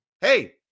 hey